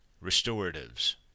Restoratives